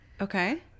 Okay